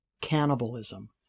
cannibalism